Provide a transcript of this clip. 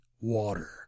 water